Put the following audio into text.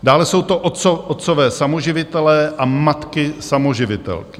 Dále jsou to otcové samoživitelé a matky samoživitelky.